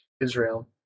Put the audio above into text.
Israel